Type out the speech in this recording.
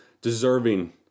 deserving